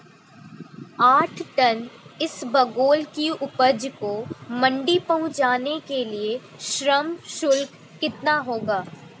आठ टन इसबगोल की उपज को मंडी पहुंचाने के लिए श्रम शुल्क कितना होगा?